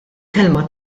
kelma